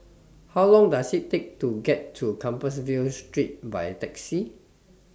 How Long Does IT Take to get to Compassvale Street By Taxi